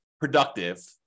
productive